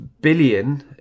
billion